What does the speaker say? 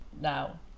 now